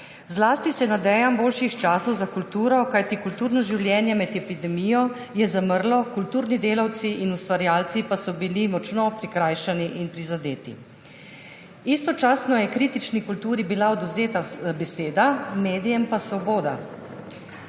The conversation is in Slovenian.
Zlasti se nadejam boljših časov za kulturo, kajti kulturno življenje med epidemijo je zamrlo, kulturni delavci in ustvarjalci pa so bili močno prikrajšani in prizadeti. Istočasno je bila kritični kulturi odvzeta beseda, medijem pa svoboda.